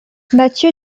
mathieu